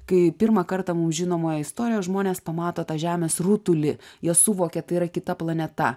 kai pirmą kartą mum žinomoj istorijoj žmonės pamato tą žemės rutulį jie suvokia tai yra kita planeta